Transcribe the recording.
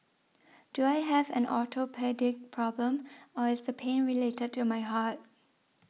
do I have an orthopaedic problem or is the pain related to my heart